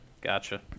Gotcha